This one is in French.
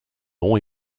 nom